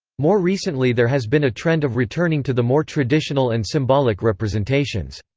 more recently there has been a trend of returning to the more traditional and symbolic representations.